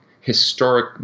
historic